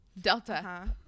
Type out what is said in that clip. Delta